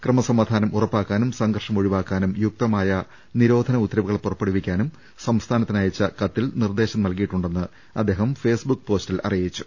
ക്രമസമാധാനം ഉറപ്പാക്കാനും സംഘർഷം ഒഴിവാക്കാനും യുക്തമായ നിരോധന ഉത്ത രവുകൾ പുറപ്പെടുവിക്കാനും സംസ്ഥാനത്തിന് അയച്ച കത്തിൽ നിർദേശം നൽകിയിട്ടുണ്ടെന്ന് അദ്ദേഹം ഫെയ്സ്ബുക്ക് പോസ്റ്റിൽ അറിയിച്ചു